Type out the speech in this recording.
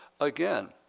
again